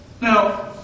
Now